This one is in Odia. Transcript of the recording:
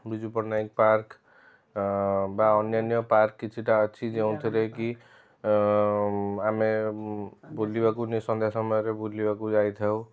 ବିଜୁପଟ୍ଟନାୟକ ପାର୍କ ବା ଅନ୍ୟାନ୍ୟ ପାର୍କ କିଛିଟା ଅଛି ଯେଉଁଥିରେକି ଆମେ ବୁଲିବାକୁ ସନ୍ଧ୍ୟା ସମୟରେ ବୁଲିବାକୁ ଯାଇଥାଉ